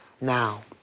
Now